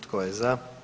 Tko je za?